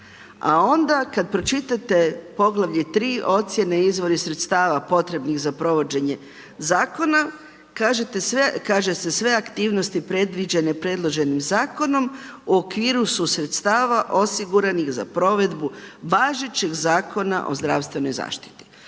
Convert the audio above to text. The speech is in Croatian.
A onda kad pročitate poglavlje III, ocjene i izvori sredstava potrebnih za provođenje Zakona, kaže se sve aktivnosti predviđene predloženim Zakonom u okviru su sredstava osiguranih za provedbu važećeg Zakona o zdravstvenoj zaštiti.